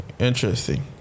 Interesting